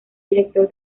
director